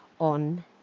on